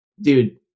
Dude